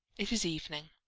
it is evening.